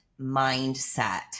mindset